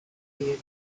year